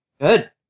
good